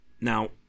Now